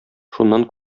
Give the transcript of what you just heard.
шуннан